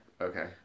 Okay